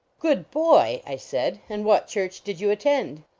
good boy, i said, and what church did you attend?